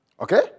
Okay